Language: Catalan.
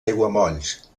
aiguamolls